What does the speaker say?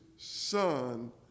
Son